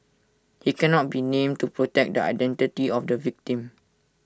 he cannot be named to protect the identity of the victim